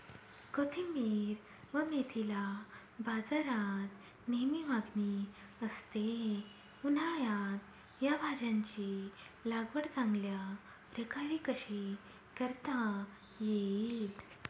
कोथिंबिर व मेथीला बाजारात नेहमी मागणी असते, उन्हाळ्यात या भाज्यांची लागवड चांगल्या प्रकारे कशी करता येईल?